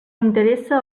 interessa